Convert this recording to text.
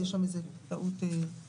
יש שם איזה טעות כתיב.